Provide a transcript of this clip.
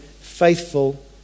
faithful